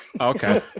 Okay